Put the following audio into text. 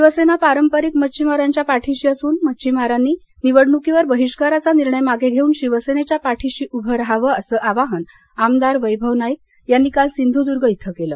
शिवसेना पारंपरिक मच्छीमारांच्या पाठीशी असून मच्छीमारांनी निवडणुकीवर बहिष्काराचा निर्णय मागे घेऊन शिवसेनेच्या पाठीशी उभं राहावं असं आवाहन आमदार वैभव नाईक यांनी काल सिंधुर्द्ग इथ केलं